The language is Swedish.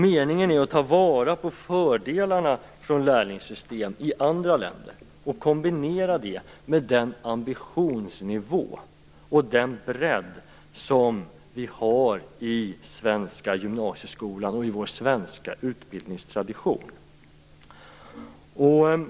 Meningen är att man skall ta vara på fördelarna med lärlingssystem som finns i andra länder och kombinera det med den ambitionsnivå och den bredd som vi har i den svenska gymnasieskolan och i vår svenska utbildningstradition.